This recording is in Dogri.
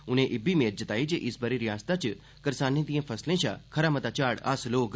उनें इब्बी मेद बुज्झी जे इस बरे रिआसता च किसानें दिएं फसलें शा खरा मता झाड़ हासल होग